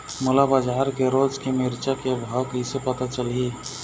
मोला बजार के रोज के मिरचा के भाव कइसे पता चलही?